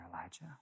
Elijah